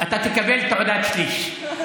אתה תקבל תעודת שליש.